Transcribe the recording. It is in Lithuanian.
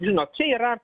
žinot čia yra